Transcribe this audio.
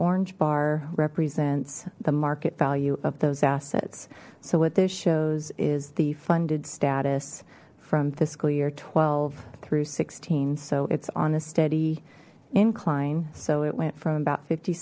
orange bar represents the market value of those assets so what this shows is the funded status from fiscal year twelve through sixteen so it's on a steady incline so it went from about fifty